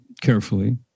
carefully